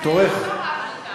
לא רבנו אתך,